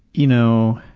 you know,